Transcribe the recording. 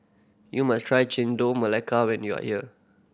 you must try Chendol Melaka when you are here